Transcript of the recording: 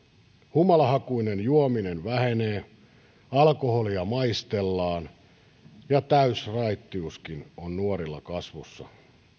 humalahakuinen juominen vähenee alkoholia maistellaan ja täysraittiuskin on nuorilla kasvussa